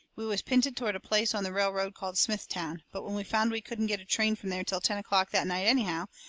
we was pinted toward a place on the railroad called smithtown, but when we found we couldn't get a train from there till ten o'clock that night anyhow,